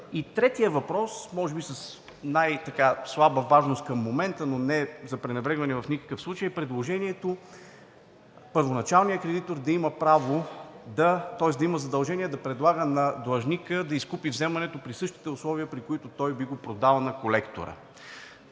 Третият въпрос, може би с най-слаба важност към момента, но не е за пренебрегване в никакъв случай, е предложението първоначалният кредитор да има задължения да предлага на длъжника да изкупи вземането при същите условия, при които той би го продал на колектора.